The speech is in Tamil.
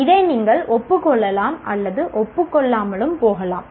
இதை நீங்கள் ஒப்புக் கொள்ளலாம் அல்லது ஒப்புக் கொள்ளாமலும் போகலாம்